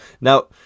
Now